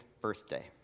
birthday